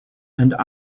and